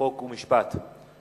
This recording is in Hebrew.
חוק ומשפט נתקבלה.